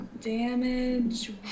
Damage